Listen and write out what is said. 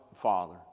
Father